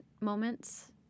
moments